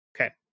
Okay